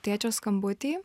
tėčio skambutį